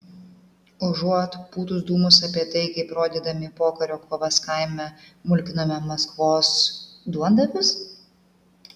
užuot pūtus dūmus apie tai kaip rodydami pokario kovas kaime mulkinome maskvos duondavius